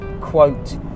quote